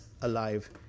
alive